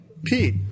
Pete